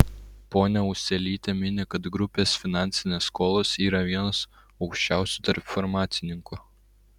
ponia ūselytė mini kad grupės finansinės skolos yra vienos aukščiausių tarp farmacininkų